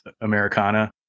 Americana